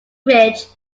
ridge